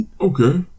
Okay